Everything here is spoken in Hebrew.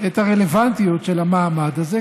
את הרלוונטיות של המעמד הזה,